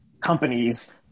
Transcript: companies